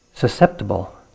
Susceptible